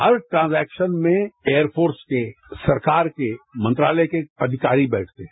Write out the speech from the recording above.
हर transaction में air force ने सरकार के मंत्रालय के अधिकारी बैठते हैं